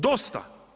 Dosta.